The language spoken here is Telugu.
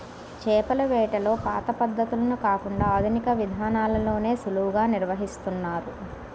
చేపల వేటలో పాత పద్ధతులను కాకుండా ఆధునిక విధానాల్లోనే సులువుగా నిర్వహిస్తున్నారు